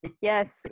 Yes